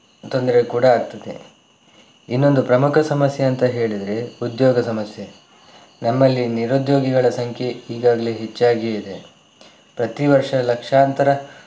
ತೊಂದರೆ ಕೂಡ ಆಗ್ತದೆ ಇನ್ನೊಂದು ಪ್ರಮುಖ ಸಮಸ್ಯೆ ಅಂತ ಹೇಳಿದರೆ ಉದ್ಯೋಗ ಸಮಸ್ಯೆ ನಮ್ಮಲ್ಲಿ ನಿರುದ್ಯೋಗಿಗಳ ಸಂಖ್ಯೆ ಈಗಾಗಲೇ ಹೆಚ್ಚಾಗಿಯೇ ಇದೆ ಪ್ರತಿ ವರ್ಷ ಲಕ್ಷಾಂತರ